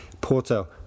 Porto